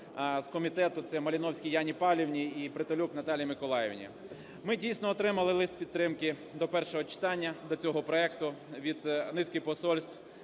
з комітету – це Малиновській Яні Павлівні і Притулюк Наталії Миколаївні. Ми, дійсно, отримали лист підтримки до першого читання до цього проекту від низки посольств,